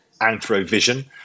Anthrovision